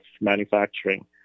manufacturing